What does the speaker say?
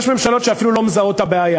יש ממשלות שאפילו לא מזהות את הבעיה.